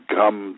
come